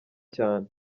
cyane